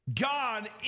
God